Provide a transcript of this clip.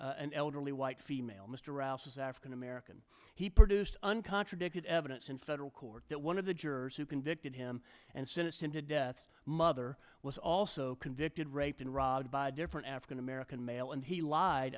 an elderly white female mr rouse was african american he produced an contradicted evidence in federal court that one of the jurors who convicted him and sentenced him to death mother was also convicted raped and robbed by a different african american male and he lied